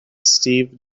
steve